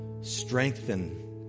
strengthen